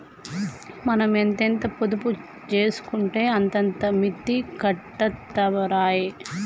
మనం ఎంతెంత పొదుపు జేసుకుంటే అంతంత మిత్తి కట్టిత్తరాయె